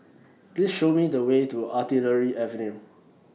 Please Show Me The Way to Artillery Avenue